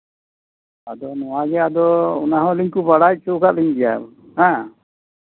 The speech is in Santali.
ᱟᱫᱚ ᱱᱚᱣᱟ ᱜᱮ ᱟᱹᱞᱤᱧ ᱦᱚᱸᱠᱚ ᱵᱟᱲᱟᱭ ᱦᱚᱪᱚᱣᱟᱠᱟᱫ ᱞᱤᱧ ᱜᱮᱭᱟ ᱦᱮᱸ